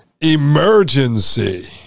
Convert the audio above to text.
emergency